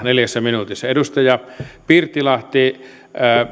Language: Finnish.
neljässä minuutissa edustaja pirttilahti